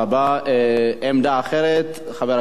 עמדה אחרת, חבר הכנסת דב חנין.